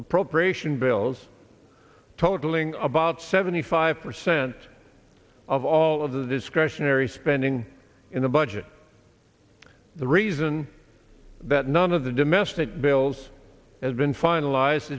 appropriation bills totaling about seventy five percent of all of the discretionary spending in the budget the reason that none of the domestic bills as been finalized